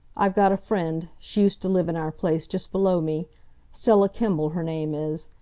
i've got a friend she used to live in our place, just below me stella kimbell, her name is.